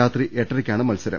രാത്രി എട്ടരയ്ക്കാണ് മത്സരം